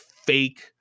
fake